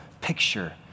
picture